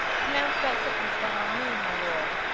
pronounce that sentence then on me, my lord,